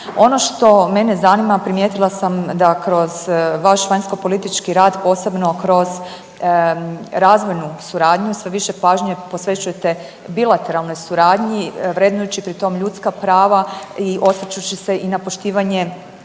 Ono što mene zanima, a primijetila sam da kroz vaš vanjskopolitički rad, posebno kroz razvojnu suradnju sve više pažnje posvećujete bilateralnoj suradnji vrednujući pri tom ljudska prava i osvrćući se i na poštivanje